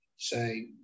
Say